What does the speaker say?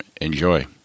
enjoy